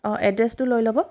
অঁ এড্ৰেছটো লৈ ল'ব